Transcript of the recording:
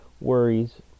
worries